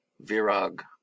Virag